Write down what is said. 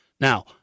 Now